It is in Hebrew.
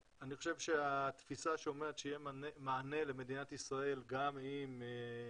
היום יום שלישי, ה-18 באוגוסט 2020, כ"ח באב תש"ף.